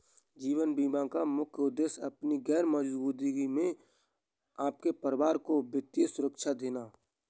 जीवन बीमा का मुख्य उद्देश्य आपकी गैर मौजूदगी में आपके परिवार को वित्तीय सुरक्षा देना